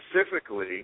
Specifically